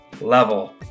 level